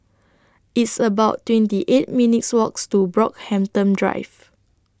It's about twenty eight minutes' Walks to Brockhampton Drive